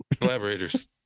Collaborators